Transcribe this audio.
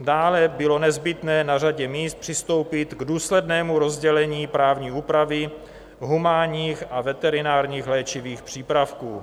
Dále bylo nezbytné na řadě míst přistoupit k důslednému rozdělení právní úpravy humánních a veterinárních léčivých přípravků.